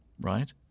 right